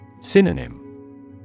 Synonym